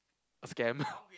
scam